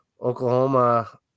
Oklahoma